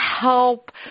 help